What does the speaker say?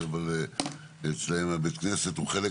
אבל אצלם בית הכנסת הוא חלק